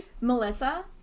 Melissa